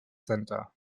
center